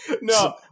No